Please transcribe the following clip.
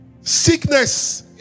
sickness